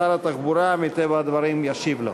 שר התחבורה, מטבע הדברים, ישיב לו.